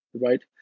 right